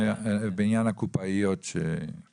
סיוע בהחלפה אלא אם יש איזה שהיא